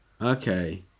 Okay